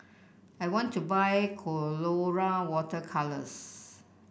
I want to buy Colora Water Colours